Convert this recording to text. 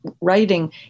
writing